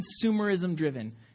consumerism-driven